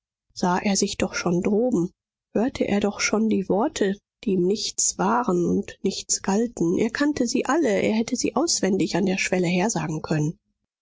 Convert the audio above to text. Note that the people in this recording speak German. sah er sich doch schon droben hörte er doch schon die worte die ihm nichts waren und nichts galten er kannte sie alle er hätte sie auswendig an der schwelle hersagen können